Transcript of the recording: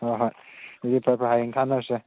ꯍꯣꯏ ꯍꯣꯏ ꯑꯗꯨꯗꯤ ꯐꯔꯦ ꯐꯔꯦ ꯍꯌꯦꯡ ꯊꯥꯅꯔꯁꯦ